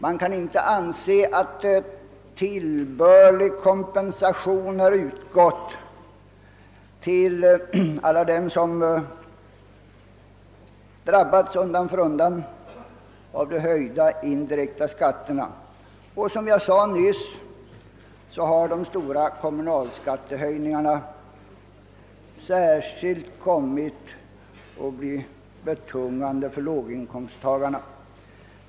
Det kan inte anses att tillbörlig kompensation har utgått till alla dem som undan för undan drabbats av de höjda indirekta skatterna. Som jag nyss nämnde har de stora kommunalskattehöjningarna kommit att bli särskilt betungande för låginkomsttagarna.